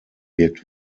wirkt